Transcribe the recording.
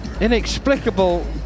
inexplicable